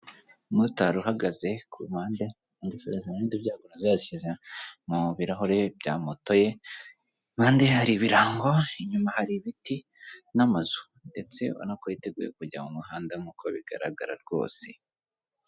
Umumotari uhagaze ku mpande, ingofero zirindi ibyago yazishyize mu birahure bya moto ye, impande ye hari ibirango, inyuma hari ibiti n'amazu, ndetse ubona ko yiteguye kujya mu muhanda nkuko bigaragara rwose.